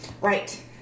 Right